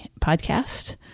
podcast